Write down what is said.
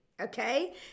Okay